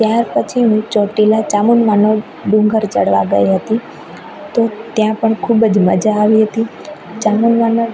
ત્યાર પછી હું ચોટીલા ચામુંડાનો ડુંગર ચડવા ગઈ હતી તો ત્યાં પણ ખૂબ જ મજા આવી હતી ચામુંડાના